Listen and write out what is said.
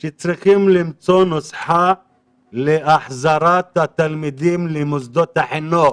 שצריכים למצוא נוסחה להחזרת התלמידים למוסדות החינוך,